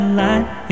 light